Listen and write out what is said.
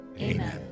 Amen